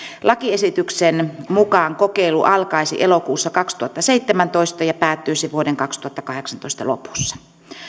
lakiesityksen mukaan kokeilu alkaisi elokuussa kaksituhattaseitsemäntoista ja päättyisi vuoden kaksituhattakahdeksantoista lopussa